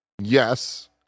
Yes